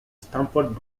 stamford